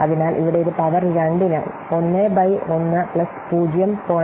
അതിനാൽ ഇവിടെ ഇത് പവർ 2 ന് 1 ബൈ 1 പ്ലസ് 0